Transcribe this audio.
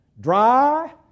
dry